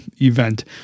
event